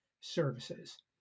services